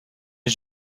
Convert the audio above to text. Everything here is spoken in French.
est